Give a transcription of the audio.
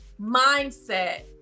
mindset